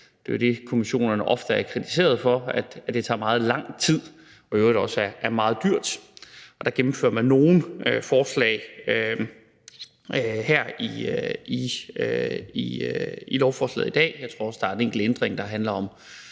hurtigere. Kommissionerne bliver jo ofte kritiseret for, at det tager meget lang tid og i øvrigt også er meget dyrt. I dette lovforslag gennemfører man nogle forslag, og jeg tror også, der er en enkelt ændring, der handler om